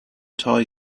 tie